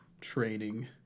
training